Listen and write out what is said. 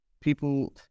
people